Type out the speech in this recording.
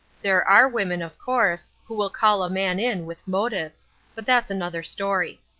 there are women, of course, who will call a man in with motives but that's another story.